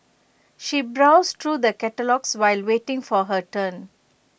she browsed through the catalogues while waiting for her turn